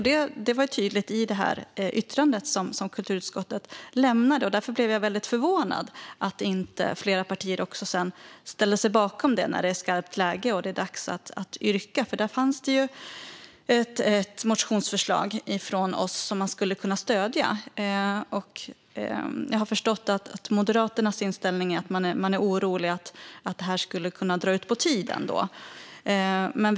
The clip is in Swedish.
Detta var tydligt i det yttrande som kulturutskottet lämnade, och därför blev jag väldigt förvånad över att inte fler partier sedan ställde sig bakom det när det blev skarpt läge och dags att yrka. Det fanns ju ett motionsförslag från oss som man skulle kunna stödja. Jag har förstått att Moderaternas inställning är att man är orolig för att detta skulle kunna dra ut på tiden.